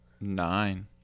nine